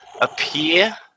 appear